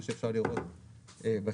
כמו שאפשר לראות בשקף.